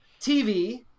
TV